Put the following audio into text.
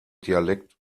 dialekt